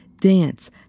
Dance